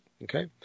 Okay